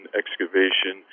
excavation